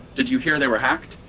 did you hear they were hacked?